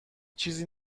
چیزی